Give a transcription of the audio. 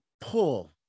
pull